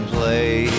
Play